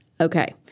Okay